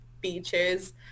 beaches